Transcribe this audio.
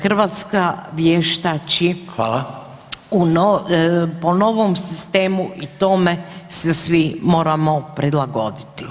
Hrvatska vještači [[Upadica Reiner: Hvala.]] po novom sistemu i tome se svi moramo prilagoditi.